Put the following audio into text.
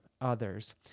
others